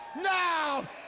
Now